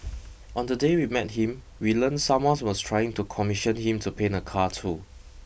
on the day we met him we learnt someone was trying to commission him to paint a car too